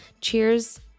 cheers